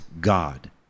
God